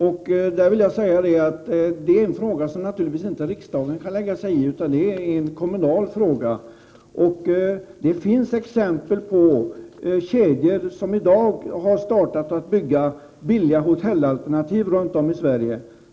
Jag vill säga att detta är en fråga som riksdagen naturligtvis inte kan lägga sig i, utan det är en kommunal fråga. Men det finns exempel på kedjor som i dag har börjat bygga billiga hotellalternativ runt om i Sverige.